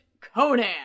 Conan